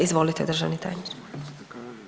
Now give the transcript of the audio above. Izvolite državni tajniče.